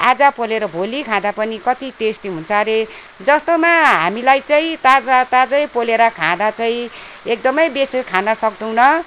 आज पोलेर भोलि खाँदा पनि कत्ति टेस्टी हुन्छ अरे जस्तोमा हामीलाई चाहिँ ताजा ताजै पोलेर खाँदा चाहिँ एकदमै बेसी खान सक्दैनौँ